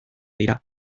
dira